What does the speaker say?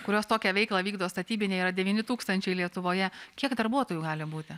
kurios tokią veiklą vykdo statybiniai yra devyni tūkstančiai lietuvoje kiek darbuotojų gali būti